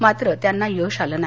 मात्र त्यांना यश आलं नाही